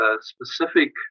specific